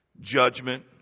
judgment